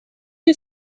you